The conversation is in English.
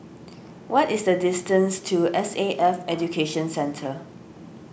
what is the distance to S A F Education Centre